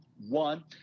One